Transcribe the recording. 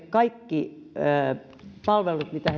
kaikki palvelut mitä